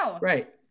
Right